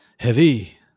Heavy